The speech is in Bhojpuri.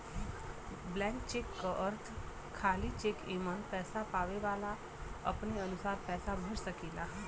ब्लैंक चेक क अर्थ खाली चेक एमन पैसा पावे वाला अपने अनुसार पैसा भर सकेला